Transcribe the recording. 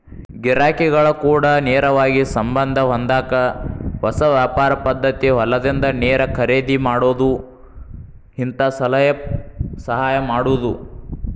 ಗಿರಾಕಿಗಳ ಕೂಡ ನೇರವಾಗಿ ಸಂಬಂದ ಹೊಂದಾಕ ಹೊಸ ವ್ಯಾಪಾರ ಪದ್ದತಿ ಹೊಲದಿಂದ ನೇರ ಖರೇದಿ ಮಾಡುದು ಹಿಂತಾ ಸಲಹೆ ಸಹಾಯ ಮಾಡುದು